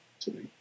today